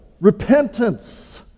repentance